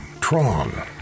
tron